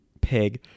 pig